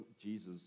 Jesus